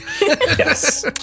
Yes